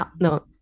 no